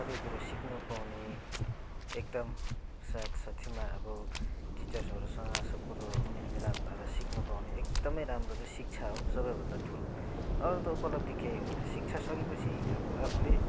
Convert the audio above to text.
सबै कुरो सिक्नु पाउने एकदम साथसाथैमा अब टिचरहरूसँग सब कुरो मेलमिलाप भएर सिक्नु पाउने एकदमै राम्रो चाहिँ शिक्षा हो सबैभन्दा ठुलो अरू त उपलब्धि केही होइन शिक्षा सकेपछि अब आफूले